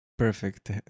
Perfect